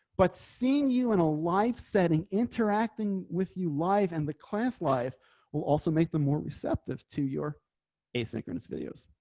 but seeing you in a live setting interacting with you live and the class life will also make them more receptive to your asynchronous videos.